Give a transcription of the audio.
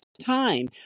time